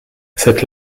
cette